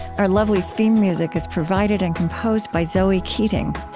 our lovely theme music is provided and composed by zoe keating.